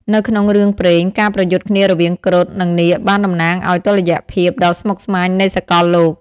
នៅក្នុងរឿងព្រេង ការប្រយុទ្ធគ្នារវាងគ្រុឌ និងនាគបានតំណាងឲ្យតុល្យភាពដ៏ស្មុគស្មាញនៃសកលលោក។